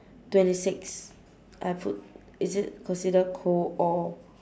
twenty six I put is it considered cold or